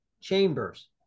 Chambers